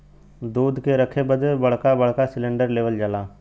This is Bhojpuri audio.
दूध के रखे बदे बड़का बड़का सिलेन्डर लेवल जाला